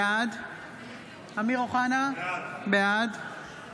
יולי אדלשטיין, בעד אמיר אוחנה, בעד